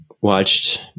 watched